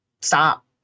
stop